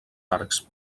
arcs